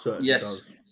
Yes